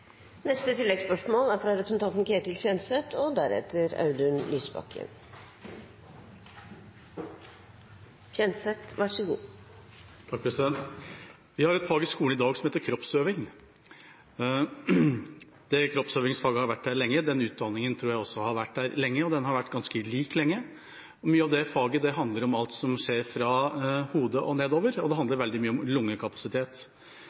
Ketil Kjenseth – til oppfølgingsspørsmål. Vi har et fag i skolen i dag som heter kroppsøving. Kroppsøvingsfaget har vært der lenge, utdanningen tror jeg også har vært der lenge, og den har vært ganske lik lenge. Mye av faget handler om alt som skjer fra hodet og nedover, og det